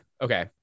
Okay